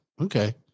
Okay